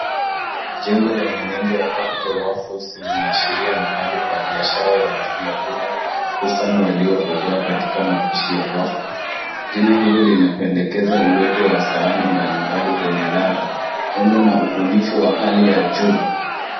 Jengo lenye nembo ya Capital Waffles linaashiria mahali pa biashara ya vyakula hususan waliobobea katika mapisha ya waffle . Jina hilo linapendekeza uwepo wa sahani mbalimbali zenye ladha. Muundo na ubunifu wa hali ya juu.